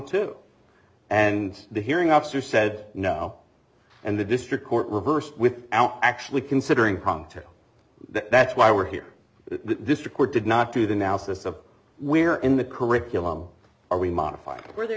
too and the hearing officer said no and the district court reversed without actually considering contest that's why we're here this record did not do the now so we're in the curriculum or we modified where their